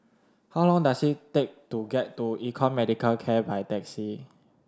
how long does it take to get to Econ Medicare K by taxi